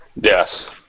Yes